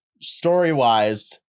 Story-wise